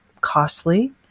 costly